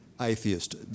atheist